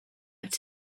its